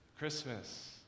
Christmas